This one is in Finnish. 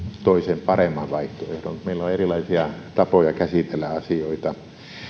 toisen paremman vaihtoehdon meillä on erilaisia tapoja käsitellä asioita